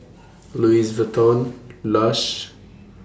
Louis Vuitton Lush